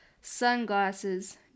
sunglasses